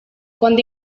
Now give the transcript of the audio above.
quando